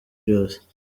byose